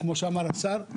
כמו שאמר השר.